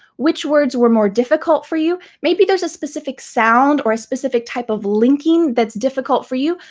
which words were more difficult for you. maybe there's a specific sound, or a specific type of linking that's difficult for you.